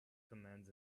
commands